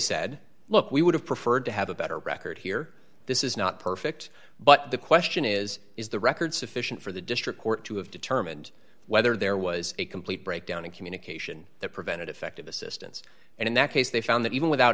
said look we would have preferred to have a better record here this is not perfect but the question is is the record sufficient for the district court to have determined whether there was a complete breakdown in communication that prevented effective assistance and in that case they found that even without